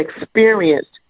experienced